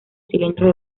cilindros